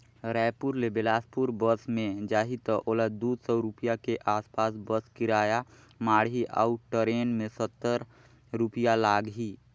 रायपुर ले बेलासपुर बस मे जाही त ओला दू सौ रूपिया के आस पास बस किराया माढ़ही अऊ टरेन मे सत्तर रूपिया लागही